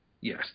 Yes